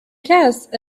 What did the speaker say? cast